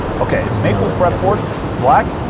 okay, it's maple fretboard, it's black.